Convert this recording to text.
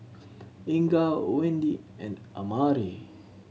Inga Wende and Amare